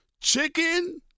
Chicken